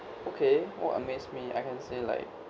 okay what amaze me I can say like